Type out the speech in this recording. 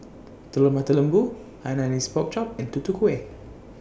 Telur Mata Lembu Hainanese Pork Chop and Tutu Kueh